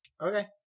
Okay